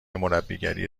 مربیگری